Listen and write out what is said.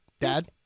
Dad